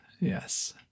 yes